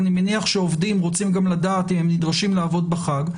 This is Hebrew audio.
אני מניח שעובדים רוצים גם לדעת אם הם נדרשים לעבוד בחג.